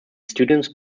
students